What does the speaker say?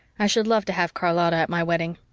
i should love to have charlotta at my wedding.